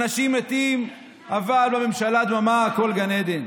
אנשים מתים, אבל בממשלה דממה, הכול גן עדן.